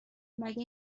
مگه